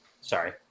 Sorry